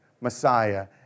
Messiah